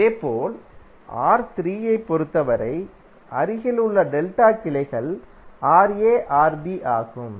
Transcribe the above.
இதேபோல் R3 ஐப் பொறுத்தவரை அருகிலுள்ள டெல்டா கிளைகள் Ra Rb ஆகும்